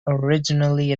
originally